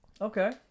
okay